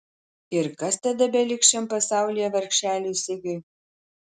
ir kas tada beliks šiam pasaulyje vargšeliui sigiui